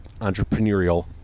entrepreneurial